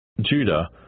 Judah